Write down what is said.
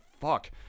fuck